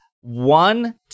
one